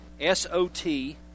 S-O-T